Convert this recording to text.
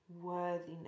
worthiness